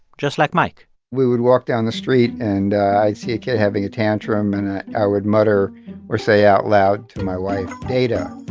just like mike we would walk down the street, and i'd see a kid having a tantrum, and i would mutter or say out loud to my wife, data.